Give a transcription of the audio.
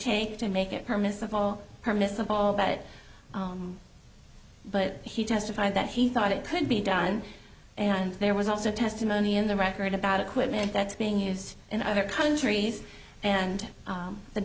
take to make it permissible permissible but but he testified that he thought it could be done and there was also testimony in the record about equipment that's being used in other countries and the the